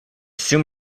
soon